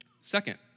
Second